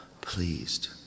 pleased